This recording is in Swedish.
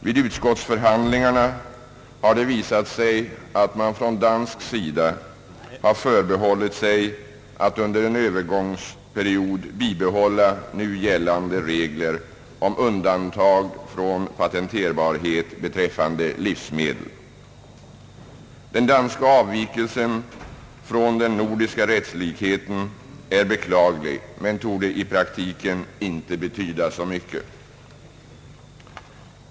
Vid utskottsförhandlingarna har det visat sig att man från dansk sida har förbehållit sig att under en övergångsperiod tillämpa nu gällande regler om undantag från patenterbarhet beträffande livsmedel. Den danska avvikelsen från den nordiska rättslikheten är beklaglig men torde i praktiken inte betyda så mycket.